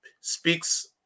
speaks